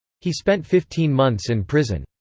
he spent fifteen months in prison.